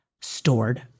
stored